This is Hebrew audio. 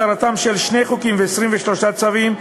הסדרתם של שני חוקים ו-23 צווים,